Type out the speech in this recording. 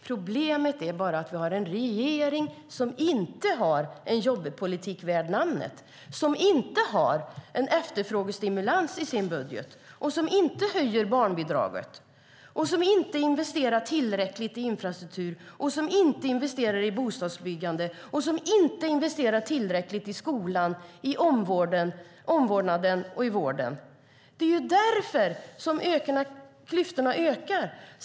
Problemet är att vi har en regering som inte har en jobbpolitik värd namnet, inte har en efterfrågestimulans i sin budget, inte höjer barnbidraget och inte investerar tillräckligt i infrastruktur, bostadsbyggande, skolan, omvårdnaden och vården. Det är därför klyftorna ökar.